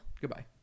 Goodbye